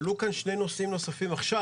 עלו כאן שני נושאים נוספים עכשיו.